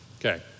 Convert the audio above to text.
Okay